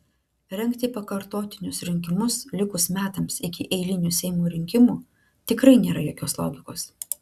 rengti pakartotinius rinkimus likus metams iki eilinių seimo rinkimų tikrai nėra jokios logikos